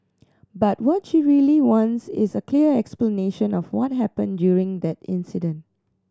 but what she really wants is a clear explanation of what happened during that incident